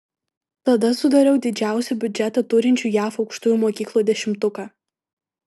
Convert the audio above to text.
tada sudariau didžiausią biudžetą turinčių jav aukštųjų mokyklų dešimtuką